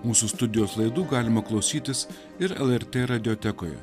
mūsų studijos laidų galima klausytis ir lrt radiotekoje